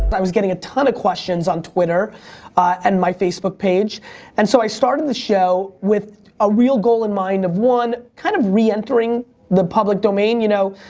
i was getting a ton of questions on twitter and my facebook page and so i started the show with a real goal in mind of, one, kind of re-entering the public domain, you know?